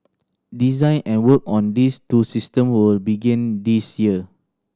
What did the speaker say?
design and work on these two system will begin this year